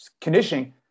conditioning